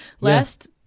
Last